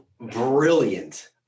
brilliant